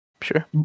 Sure